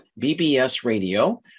bbsradio